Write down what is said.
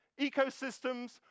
ecosystems